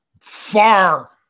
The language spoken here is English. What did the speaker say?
Far